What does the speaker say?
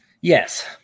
Yes